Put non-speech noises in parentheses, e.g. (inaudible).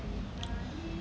(noise)